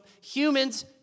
humans